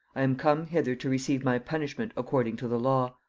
i am come hither to receive my punishment according to the law.